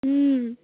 ও